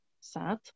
sad